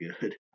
good